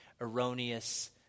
erroneous